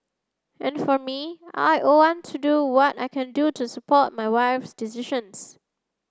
and for me I want to do what I can to support my wife's decisions